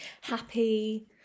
happy